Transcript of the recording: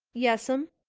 yes'm.